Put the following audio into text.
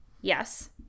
yes